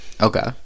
Okay